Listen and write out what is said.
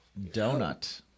donut